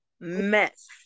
mess